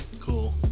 cool